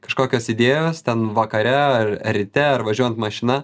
kažkokios idėjos ten vakare ryte ar važiuojant mašina